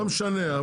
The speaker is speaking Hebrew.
לא משנה.